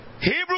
Hebrew